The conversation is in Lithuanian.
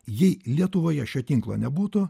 jei lietuvoje šio tinklo nebūtų